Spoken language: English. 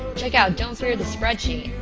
check out don't fear the spreadsheet.